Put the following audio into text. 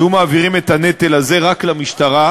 היו מעבירים את הנטל הזה רק למשטרה,